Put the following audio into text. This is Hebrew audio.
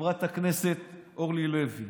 חברת הכנסת אורלי לוי